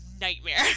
nightmare